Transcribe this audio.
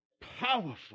powerful